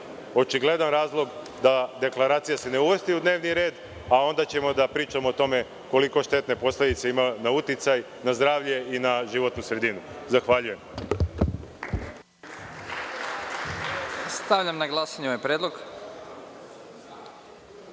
očigledan razlog da se deklaracija ne uvrsti u dnevni red, a onda ćemo da pričamo o tome koliko štetne posledice ima na uticaj, na zdravlje i na životnu sredinu. Zahvaljujem se. Stavljam na glasanje ovaj